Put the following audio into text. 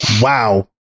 Wow